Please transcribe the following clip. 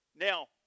Now